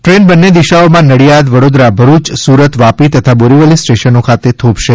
train બંન્ને દિશાઓમાં નડિયાદ વડોદરા ભરૂચ સુરત વાપી તથા બોરીવલી સ્ટેશનો ખાતે થોભશે